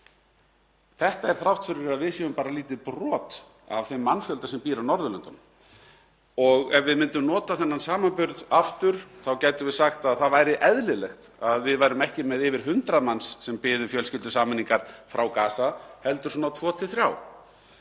Þetta er þrátt fyrir að við séum bara lítið brot af þeim mannfjölda sem býr á Norðurlöndunum. Ef við myndum nota þennan samanburð aftur þá gætum við sagt að það væri eðlilegt að við værum ekki með yfir 100 manns sem biðu fjölskyldusameiningar frá Gaza heldur svona tvo til þrjá.